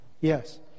Yes